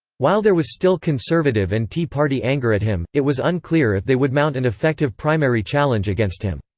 while there was still conservative and tea party anger at him, it was unclear if they would mount an effective primary challenge against him.